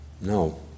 No